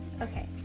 Okay